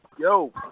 Yo